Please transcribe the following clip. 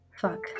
Fuck